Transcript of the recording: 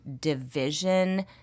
division